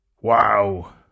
wow